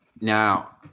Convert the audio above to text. Now